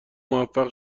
موفق